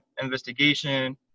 investigation